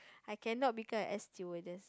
I cannot become a air stewardess